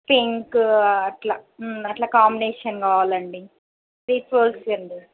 pink అట్లా అట్లా combination కావాలి అండి త్రీ ఫ్లోర్స్ అండీ